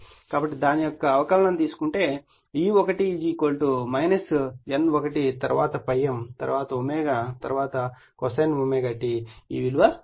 కాబట్టి దాని యొక్క అవకలనం తీసుకుంటే E1 N1 తరువాత ∅m తరువాత ω తరువాత cosine ω t గా ఈ విలువ లభిస్తుంది